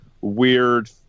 weird